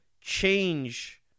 change